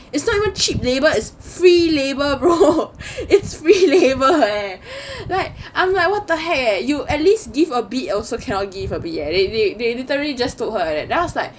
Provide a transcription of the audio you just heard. it's not even cheap labour is free labour bro it's free labour eh I'm like what the heck eh you at least give a bit also cannot give a bit eh they they they literally just told her like that then I was like